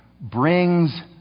brings